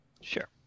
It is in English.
Sure